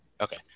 Okay